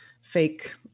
fake